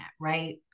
right